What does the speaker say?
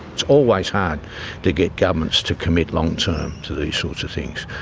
it's always hard to get governments to commit long-term to these sorts of things.